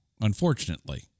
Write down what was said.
unfortunately